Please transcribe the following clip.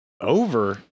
Over